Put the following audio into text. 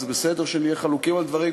וזה בסדר שנהיה חלוקים על דברים,